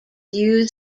use